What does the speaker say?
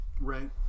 Right